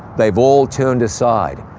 they've all turned aside,